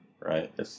Right